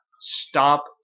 stop